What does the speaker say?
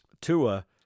Tua